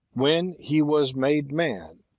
when he was made man,